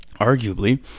Arguably